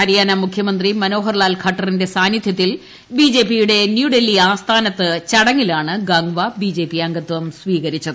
ഹരിയാന മുഖ്യമന്ത്രി മനോഹർലാൽ ഖട്ടറിന്റെ സാന്നിധൃത്തിൽ ബിജെപിയുടെ ന്യൂഡൽഹി ആസ്ഥാനത്ത് ചടങ്ങിലാണ് ഗാംഗ്വ ബിജെപി അംഗത്വം സ്വീകരിച്ചത്